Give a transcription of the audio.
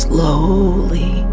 Slowly